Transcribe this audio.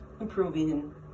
improving